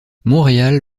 montréal